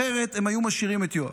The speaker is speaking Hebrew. אחרת הם היו משאירים את יואב.